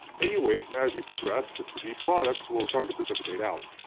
anyway, as we progress the products will start to precipitate out.